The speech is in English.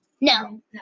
No